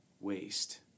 waste